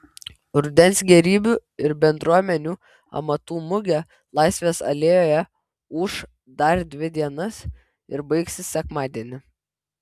rudens gėrybių ir bendruomenių amatų mugė laisvės alėjoje ūš dar dvi dienas ir baigsis sekmadienį